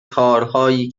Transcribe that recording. کارهایی